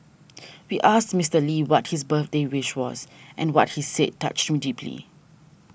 we asked Mister Lee what his birthday wish was and what he said touched me deeply